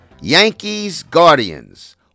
Yankees-Guardians